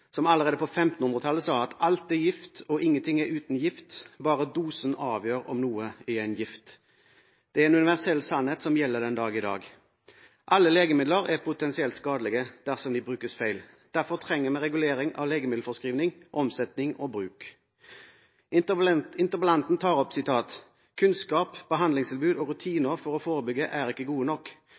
som allerede på 1500-tallet sa at alt er gift og ingenting er uten gift; bare dosen avgjør om noe er en gift. Det er en universell sannhet som gjelder den dag i dag. Alle legemidler er potensielt skadelige dersom de brukes feil. Derfor trenger vi regulering av legemiddelforskrivning, -omsetning og -bruk. Interpellanten tar opp følgende: «Kunnskap, behandlingstilbud og rutiner for å forebygge er ikke gode nok.